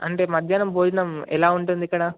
అంటే మధ్యాహ్నం భోజనం ఎలా ఉంటుంది ఇక్కడ